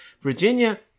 Virginia